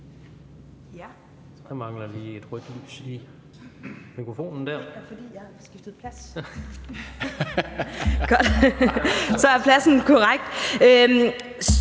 så er pladsen den korrekte.